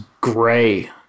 gray